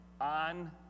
on